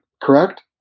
correct